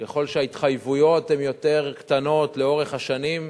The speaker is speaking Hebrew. ככל שהתחייבויות הן יותר קטנות לאורך השנים,